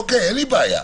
אין לי בעיה.